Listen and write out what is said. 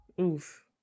Oof